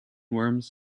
worms